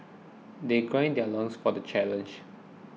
they gird their loins for the challenge